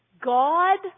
God